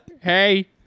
Hey